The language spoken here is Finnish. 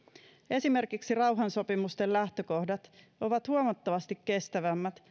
esimerkiksi rauhansopimuksen lähtökohdat ovat huomattavasti kestävämmät